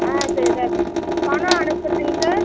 ஆ சரி சார் பணம் அனுப்புறதுங்க சார்